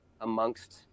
amongst